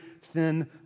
thin